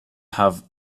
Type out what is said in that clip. have